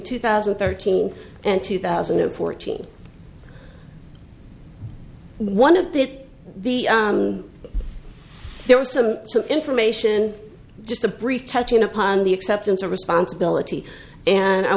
two thousand and thirteen and two thousand and fourteen one of the the there was some information just a brief touching upon the acceptance of responsibility and i